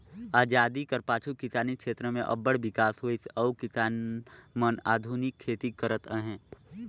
अजादी कर पाछू किसानी छेत्र में अब्बड़ बिकास होइस अउ किसान मन आधुनिक खेती करत अहें